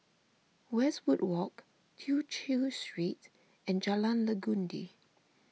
Westwood Walk Tew Chew Street and Jalan Legundi